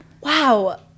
wow